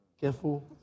Careful